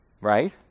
Right